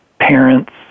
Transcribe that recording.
parents